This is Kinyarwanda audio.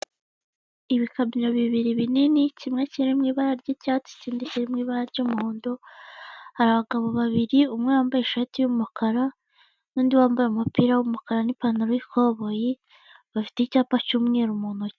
Ibikamyo bibiri binini kimwe kiri mu ibara ry'icyatsi ikindi kiri mu ibara ry'umuhondo, hari abagabo babiri umwe wambaye ishati y'umukara, n'undi wambaye umupira w'umukara n'ipantaro y'ikoboyi, bafite icyapa cy'umweru mu ntoki.